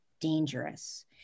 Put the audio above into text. dangerous